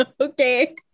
Okay